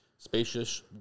Spacious